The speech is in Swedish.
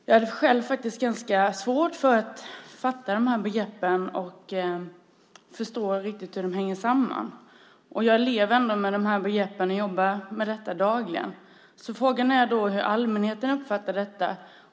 Jag har själv svårt att fatta begreppen och hur de hänger samman, och då lever jag ändå med dessa begrepp och jobbar dagligen med detta. Frågan är då hur allmänheten uppfattar detta.